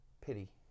pity